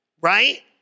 right